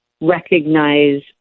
recognize